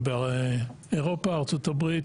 ארה"ב,